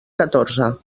catorze